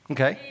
Okay